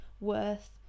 worth